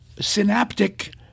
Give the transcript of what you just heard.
synaptic